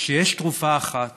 שיש תרופה אחת